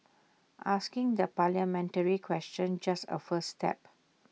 asking the parliamentary question just A first step